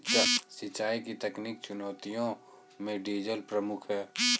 सिंचाई की तकनीकी चुनौतियों में डीजल प्रमुख है